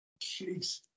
Jeez